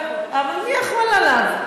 אבל מי יכול עליו?